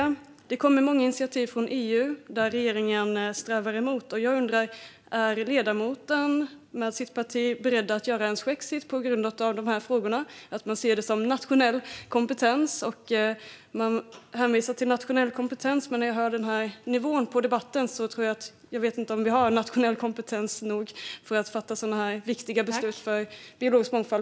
Det kommer många initiativ från EU, där regeringen strävar emot. Är ledamoten och Kristdemokraterna beredda att göra en svexit på grund av att man ser detta som nationell kompetens? Fast när jag hör nivån på debatten undrar jag om vi har tillräcklig nationell kompetens för att fatta sådana stora och viktiga beslut för biologisk mångfald.